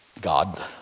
God